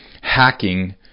hacking